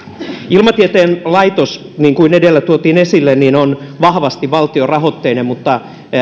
ilmatieteen laitos niin kuin edellä tuotiin esille on vahvasti valtiorahoitteinen mutta